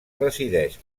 resideix